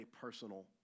personal